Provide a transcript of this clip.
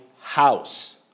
house